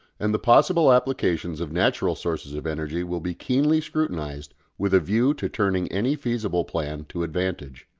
and the possible applications of natural sources of energy will be keenly scrutinised with a view to turning any feasible plan to advantage.